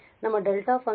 ನಮ್ಮ delta function